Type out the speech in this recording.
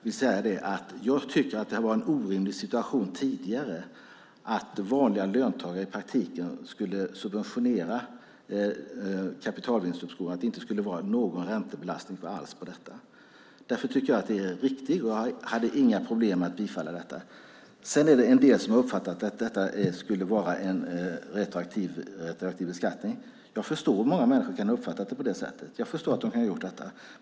Jag tycker att det tidigare varit en orimlig situation att vanliga löntagare i praktiken skulle subventionera kapitalvinstuppskoven och att det inte skulle vara någon räntebelastning alls. Därför tyckte jag att ändringen var riktigt och hade inte problem att bifalla det. Sedan är det en del som har uppfattat det som att det skulle vara en retroaktiv beskattning. Jag förstår att många människor kan ha uppfattat det på det sättet.